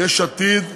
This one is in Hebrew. יש עתיד,